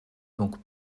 donc